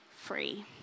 free